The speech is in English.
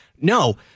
No